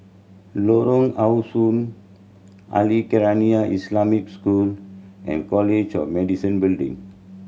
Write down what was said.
Lorong How Sun Al Khairiah Islamic School and College of Medicine Building